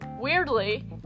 weirdly